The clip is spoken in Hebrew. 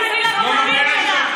בתקציב תדברי לבוחרים שלך,